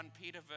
Peter